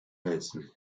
leslie